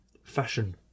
fashion